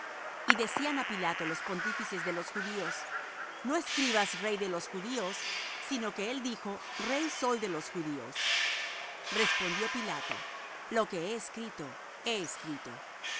y decían á pilato los pontífices de los judíos no escribas rey de los judíos sino que él dijo rey soy de los judíos respondió pilato lo que he escrito he escrito